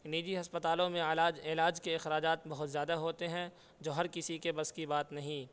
نجی ہسپتالوں میں علاج علاج کے اخراجات بہت زیادہ ہوتے ہیں جو ہر کسی کے بس کی بات نہیں